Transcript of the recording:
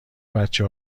بچه